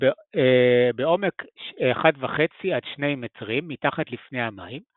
בעומק 1.5-2 מטרים מתחת לפני המים,